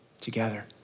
together